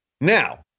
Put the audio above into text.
Now